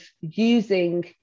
using